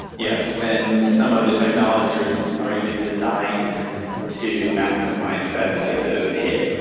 yes, and some of the technologies are even designed to maximise that type of hit.